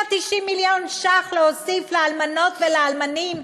190 מיליון שקלים, להוסיף לאלמנות ולאלמנים,